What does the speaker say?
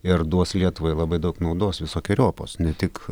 ir duos lietuvai labai daug naudos visokeriopos ne tik